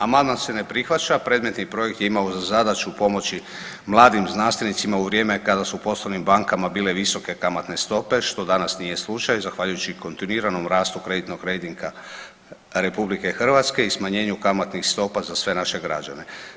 Amandman se ne prihvaća, predmetni projekt je imao za zadaću pomoći mladim znanstvenicima u vrijeme kada su u poslovnim bankama bile visoke kamatne stope što danas nije slučaj zahvaljujući kontinuiranom rastu kreditnog rejtiga RH i smanjenju kamatnih stopa za sve naše građane.